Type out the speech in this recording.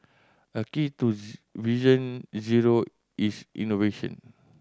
a key to Vision Zero is innovation